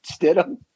Stidham